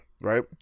right